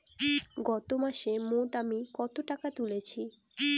গত মাসে মোট আমি কত টাকা তুলেছি?